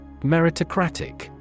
Meritocratic